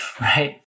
right